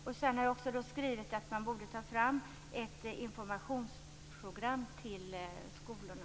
Jag har också yrkat att man skall ta fram ett informationsprogram till skolorna.